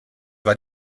war